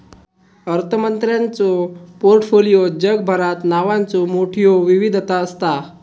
अर्थमंत्र्यांच्यो पोर्टफोलिओत जगभरात नावांचो मोठयो विविधता असता